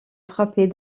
frappée